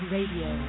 Radio